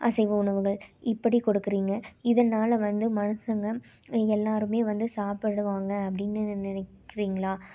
அசைவ உணவுகள் இப்படி கொடுக்குறீங்க இதனால் வந்து மனுசங்க எல்லோருமே வந்து சாப்புடுவாங்க அப்படின்னு நினைக்கிறீங்களா